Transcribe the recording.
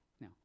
Now